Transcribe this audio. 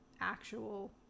actual